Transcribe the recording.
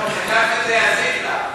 ככה זה יזיק לה.